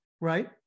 right